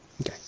Okay